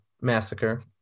massacre